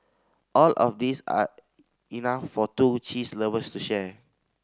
all of these are enough for two cheese lovers to share